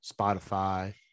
Spotify